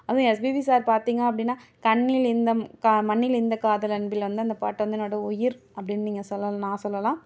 அதுவும் SPB sir பார்த்திங்க அப்படின்னா கண்ணில் இந்த கா மண்ணில் இந்த காதல் அன்பில் வந்து அந்த பாட்டு வந்து என்னோடய உயிர் அப்படின்னு நீங்கள் சொல்லல் நான் சொல்லெலாம்